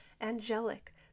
angelic